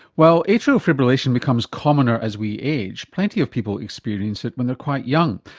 while atrial fibrillation becomes commoner as we age, plenty of people experience it when they're quite young.